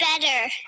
better